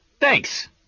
Thanks